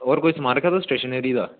होर कोई समान होग स्टेशनरी दा